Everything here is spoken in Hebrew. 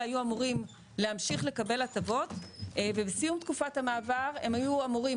היו אמורים להמשיך לקבל הטבות ובסיום תקופת המעבר הם היו אמורים